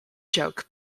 joke